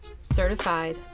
certified